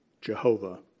Jehovah